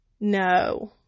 No